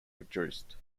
produced